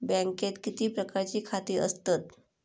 बँकेत किती प्रकारची खाती असतत?